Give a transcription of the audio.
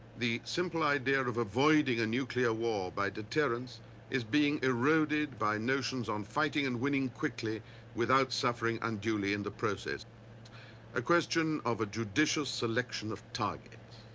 the simple idea of avoiding a nuclear war by deterrence is being eroded by notions on fighting and winning quickly without suffering unduly in the process a question of a judicial selection of targets.